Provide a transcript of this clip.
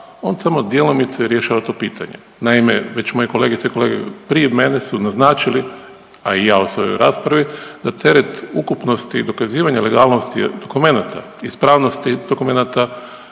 on sam djelomice rješava to pitanje. Naime, već moje kolegice i kolege prije mene su naznačili, a i ja u svojoj raspravi da teret ukupnosti dokazivanja legalnosti dokumenata, ispravnosti dokumenata